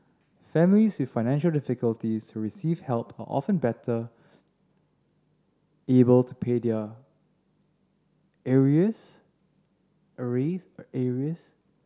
families with financial difficulties receive help are often better able to pay their arrears